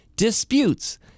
disputes